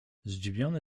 zdziwiony